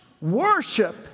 Worship